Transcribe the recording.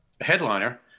headliner